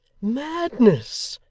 madness,